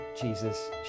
Jesus